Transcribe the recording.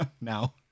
Now